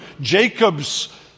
Jacob's